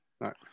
Right